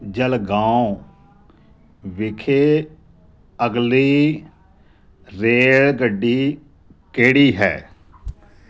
ਜਲਗਾਓਂ ਵਿਖੇ ਅਗਲੀ ਰੇਲਗੱਡੀ ਕਿਹੜੀ ਹੈ